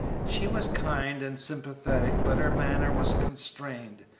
she was kind and sympathetic, but her manner was constrained.